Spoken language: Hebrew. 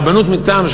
רבנות מטעם,